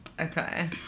Okay